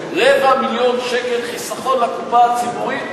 רבע מיליון שקל חיסכון לקופה הציבורית,